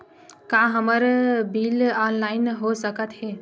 का हमर bill online हो सकत हे?